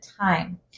time